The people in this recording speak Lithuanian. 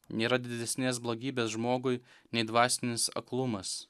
nėra didesnės blogybės žmogui nei dvasinis aklumas